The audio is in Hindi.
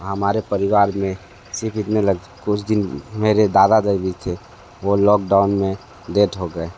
हमारे परिवार में सिर्फ़ इतने लग कुछ दिन मेरे दादा दादी थे वो लॉकडाउन में डेथ हो गए